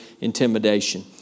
intimidation